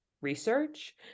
research